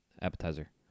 appetizer